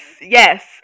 yes